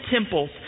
temples